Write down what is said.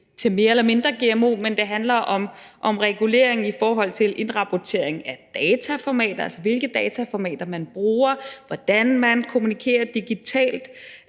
til mere eller mindre gmo. Det handler om regulering i forhold til indrapportering af dataformater, altså hvilke dataformater man bruger, hvordan man kommunikerer digitalt,